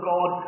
God